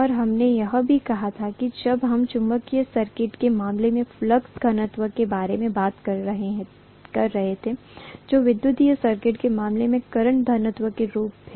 और हमने यह भी कहा कि जब हम एक चुंबकीय सर्किट के मामले में फ्लक्स घनत्व के बारे में बात कर रहे थे जो विद्युत सर्किट के मामले में करंट घनत्व के अनुरूप है